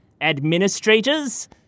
administrators